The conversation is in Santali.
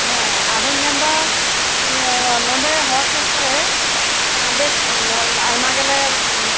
ᱦᱮᱸ ᱟᱫᱚᱧ ᱞᱟᱹᱭᱫᱟ ᱱᱚᱸᱰᱮ ᱦᱚᱲ ᱴᱚᱞᱟ ᱨᱮ ᱵᱮᱥ ᱟᱭᱢᱟ ᱜᱮᱞᱮ